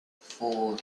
four